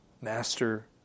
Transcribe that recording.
master